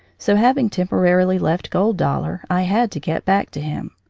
so, having temporarily left gold dollar, i had to get back to him.